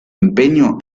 empeño